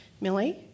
Millie